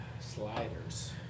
Sliders